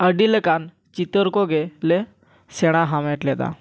ᱟᱹᱰᱤ ᱞᱮᱠᱟᱱ ᱪᱤᱛᱟᱹᱨ ᱠᱚᱜᱮ ᱞᱮ ᱥᱮᱬᱟ ᱦᱟᱢᱮᱴ ᱞᱮᱫᱟ